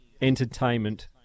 entertainment